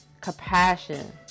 compassion